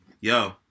Yo